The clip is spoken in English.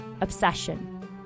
obsession